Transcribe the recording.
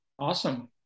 Awesome